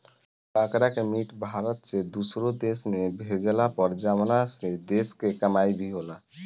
बकरा के मीट भारत से दुसरो देश में भेजाला पर जवना से देश के कमाई भी होला